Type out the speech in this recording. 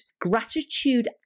Gratitude